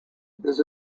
this